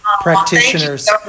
practitioners